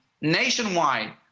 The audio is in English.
nationwide